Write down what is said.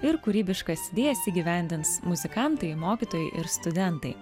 ir kūrybiškas idėjas įgyvendins muzikantai mokytojai ir studentai